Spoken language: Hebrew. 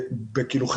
אבל